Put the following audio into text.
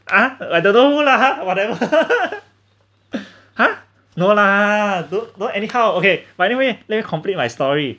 ah I don't know who lah ha whatever ha no lah don't don't anyhow okay but anyway let me complete my story